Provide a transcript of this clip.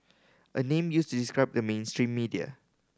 a name used to describe the mainstream media